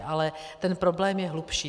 Ale ten problém je hlubší.